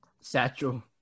Satchel